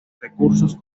recursos